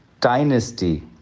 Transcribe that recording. dynasty